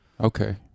Okay